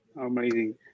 Amazing